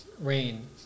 rain